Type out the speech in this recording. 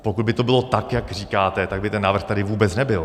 Pokud by to bylo tak, jak říkáte, tak by ten návrh tady vůbec nebyl.